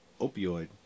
opioid